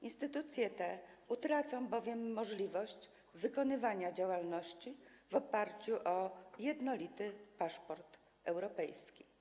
Instytucje te utracą bowiem możliwość wykonywania działalności w oparciu o jednolity paszport europejski.